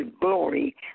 glory